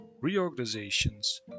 reorganizations